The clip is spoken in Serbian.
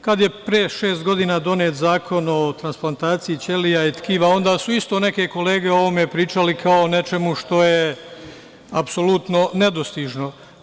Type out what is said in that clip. Kada je pre šest godina donet Zakon o transplantaciji ćelija i tkiva, onda su isto neke kolege o ovome pričale kao o nečemu što je apsolutno nedostižno.